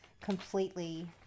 completely